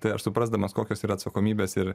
tai aš suprasdamas kokios yra atsakomybės ir